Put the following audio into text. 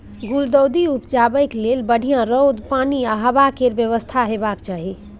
गुलदाउदी उपजाबै लेल बढ़ियाँ रौद, पानि आ हबा केर बेबस्था हेबाक चाही